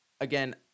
Again